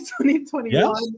2021